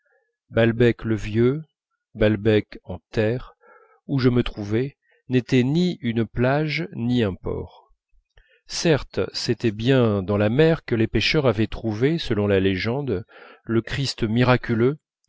balbec le vieux balbec en terre où je me trouvais n'était ni une plage ni un port certes c'était bien dans la mer que les pêcheurs avaient trouvé selon la légende le christ miraculeux